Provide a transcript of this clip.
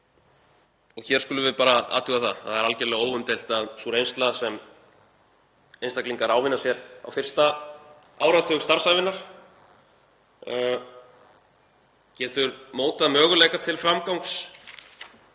Hér skulum við bara athuga að það er algjörlega óumdeilt að sú reynsla sem einstaklingar ávinna sér á fyrsta áratug starfsævinnar getur mótað möguleika til framgangs